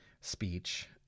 speech